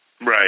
Right